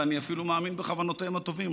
ואני אפילו מאמין בכוונותיהם הטובות.